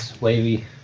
wavy